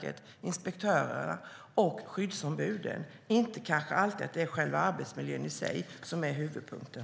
där, inspektörerna, och för skyddsombuden - det är kanske inte arbetsmiljön som är huvudpunkten.